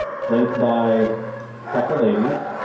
flanked by tougher ladies.